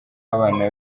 abana